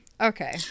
Okay